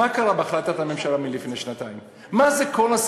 מה קרה בהחלטת הממשלה מלפני שנתיים?